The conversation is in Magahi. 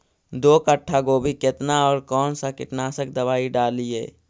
दो कट्ठा गोभी केतना और कौन सा कीटनाशक दवाई डालिए?